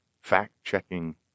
fact-checking